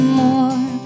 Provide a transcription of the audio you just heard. more